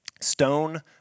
stone